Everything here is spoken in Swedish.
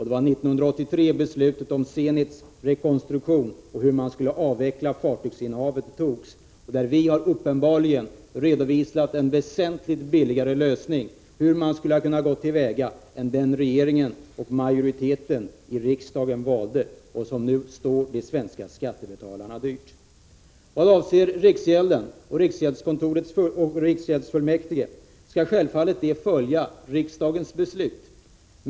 Det var 1983 beslutet om Zenits rekonstruktion och formerna för avvecklingen av fartygsinnehavet togs. I det sammanhanget har vi redovisat en väsentligt billigare lösning av hur man skulle ha kunnat gå till väga än den regeringen och majoriteten i riksdagen valde, vilket nu står de svenska skattebetalarna dyrt. Vad avser riksgäldskontoret och riksgäldsfullmäktige skall de självfallet följa riksdagens beslut.